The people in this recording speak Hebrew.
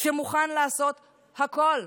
שמוכן לעשות הכול,